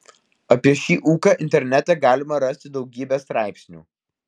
apie šį ūką internete galima rasti daugybę straipsnių